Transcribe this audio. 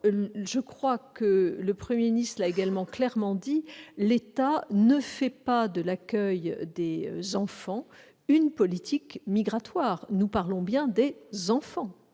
importante. Le Premier ministre l'a aussi clairement dit, l'État ne fait pas de l'accueil des enfants une politique migratoire. Nous parlons bien des enfants